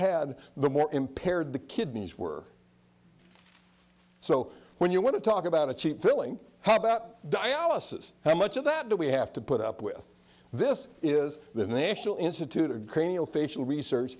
had the more impaired the kidneys were so when you want to talk about a cheap filling how about dialysis how much of that do we have to put up with this is the national institute of facial research